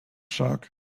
shark